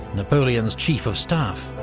napoleon's chief of staff,